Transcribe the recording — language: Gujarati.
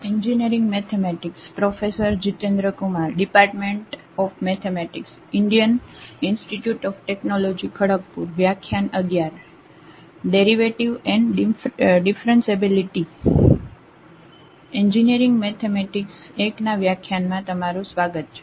એન્જિનિયરિંગ મેથેમેટિક્સ I ના વ્યાખ્યાન માં તમારુ સ્વાગત છે